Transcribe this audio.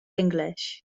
english